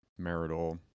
marital